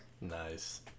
Nice